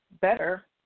better